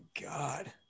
God